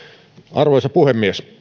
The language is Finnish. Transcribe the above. arvoisa puhemies